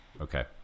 Okay